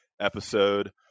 episode